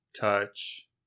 touch